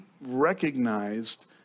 recognized